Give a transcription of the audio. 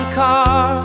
car